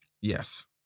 Yes